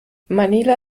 manila